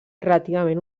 relativament